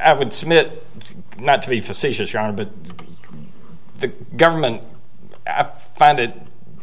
i would submit not to be facetious your honor but the government i've find it